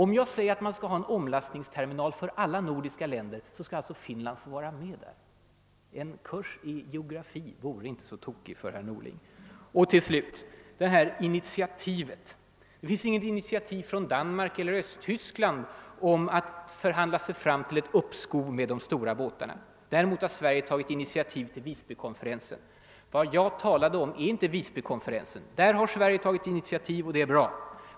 Om jag säger att man skall ha en omlastningsterminal för alla nordiska länder, skall alltså Finland vara med. Det vore inte så tokigt med en kurs i geografi för herr Norling. 4. Det finns inget initiativ från Danmark eller Västtyskland om att förhandla sig fram till ett uppskov med de stora båtarna — däremot har Sverige tagit initiativ till Visbykonferensen, sade herr Norling. Vad jag talade om var inte Visbykonferensen. Där har Sverige tagit ett initiativ, och det är bra.